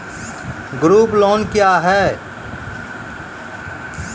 Group loan क्या है?